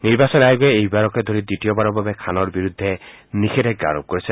নিৰ্বাচন আয়োগে এইবাৰকে ধৰি দ্বিতীয়বাৰৰ বাবে খানৰ বিৰুদ্ধে নিষেধাজ্ঞা আৰোপ কৰিছে